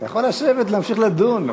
אתה יכול לשבת להמשיך לדון,